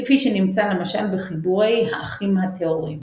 כפי שנמצא למשל בחיבורי ה"אחים הטהורים".